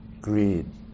greed